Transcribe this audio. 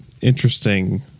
interesting